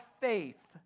faith